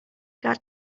got